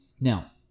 Now-